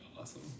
awesome